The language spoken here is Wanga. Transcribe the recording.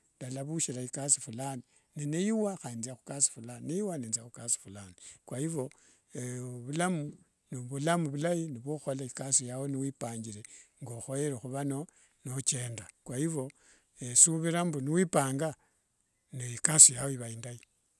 Ndalavushira ikasi fulani ne niwa khandi tsia khukasi fulani, niwa tsia khukasi fulani kwa ivo vulamu ni vulamu vulai vyokhukhola ikasi yao niwipanjire ngokhoyere khuva nochendanga kwa ivo suvira mbu niwipanga ni ikasi yao iva indai.